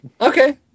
Okay